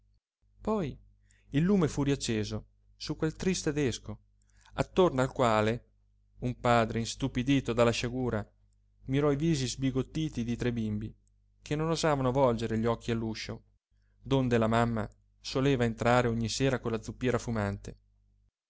poi il lume fu riacceso su quel triste desco attorno al quale un padre istupidito dalla sciagura mirò i visi sbigottiti di tre bimbi che non osavano volgere gli occhi all'uscio donde la mamma soleva entrare ogni sera con la zuppiera fumante